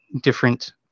different